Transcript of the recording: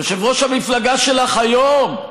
יושב-ראש המפלגה שלך היום,